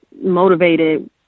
motivated